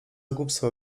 głupstwa